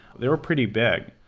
they were pretty big.